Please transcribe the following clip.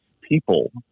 people